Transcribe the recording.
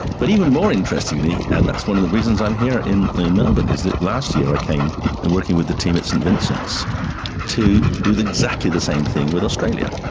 but even more interestingly, and that's one of the reasons i'm here in melbourne, is that last year i came and working with the team at st vincent's to do exactly the same thing with australia.